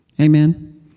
Amen